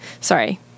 sorry